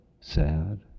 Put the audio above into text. sad